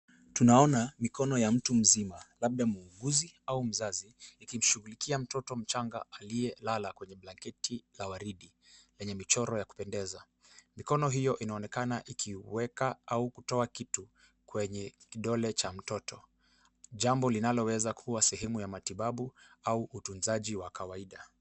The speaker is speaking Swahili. Tunaona mikono ya mtu mzima labda muuguzi au mzazi ikimshughulikia mtoto mchanga aliyelala kwenye blanketi la waridi lenye michoro ya kupendeza. Mikono hiyo inaonekana ikiweka au kutoa kitu kwenye kidole cha mtoto, jambo linaloweza kuwa sehemu ya matibabu au utunzaji wa kawaida.